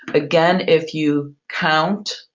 again, if you count,